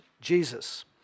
Jesus